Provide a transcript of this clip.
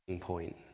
point